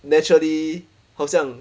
naturally 好像